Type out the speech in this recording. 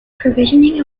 provisioning